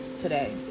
today